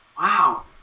Wow